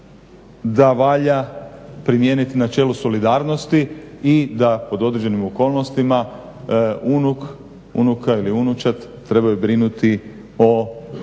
da valja primijeniti načelo solidarnosti i da pod određenim okolnostima unuk, unuka ili unučad trebaju brinuti o